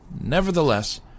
Nevertheless